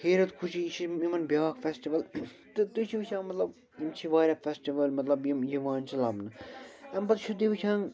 ہیٚرتھ خۄشی چھِ یِمن بیٛاکھ فیسٹٕول تہٕ تۄہہِ چھِو وُچھان مطلب یِم چھِ وارِیاہ فیسٹٕول مطلب یِم یِوان چھِ لبنہٕ اَمہِ پتہٕ چھِو تُہۍ وُچھان